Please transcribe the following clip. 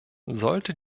sollte